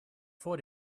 vor